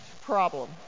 problem